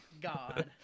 God